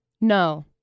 No